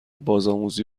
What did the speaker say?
بازآموزی